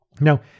Now